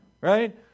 Right